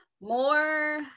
More